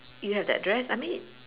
you have the address I mean